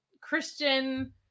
Christian